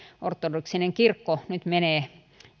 ortodoksinen kirkko nyt menee